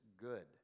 good